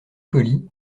colis